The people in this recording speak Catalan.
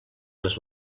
les